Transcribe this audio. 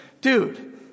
Dude